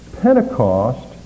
Pentecost